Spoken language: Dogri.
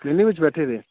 क्लिनिक बिच्च बैठे दे